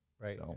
right